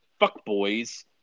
fuckboys